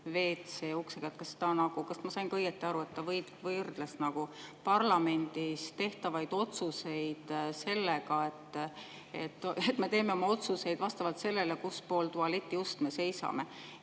WC‑uksega. Kas ma sain õigesti aru, et ta võrdles parlamendis tehtavaid otsuseid sellega, et me teeme oma otsuseid vastavalt sellele, kus pool tualetiust me seisame?